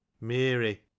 Mary